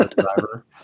driver